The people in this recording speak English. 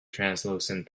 translucent